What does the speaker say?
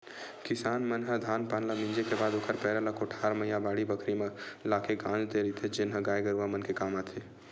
किसान मन ह धान पान ल मिंजे के बाद ओखर पेरा ल कोठार म या बाड़ी बखरी म लाके गांज देय रहिथे जेन ह गाय गरूवा मन के काम आथे